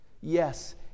yes